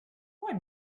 why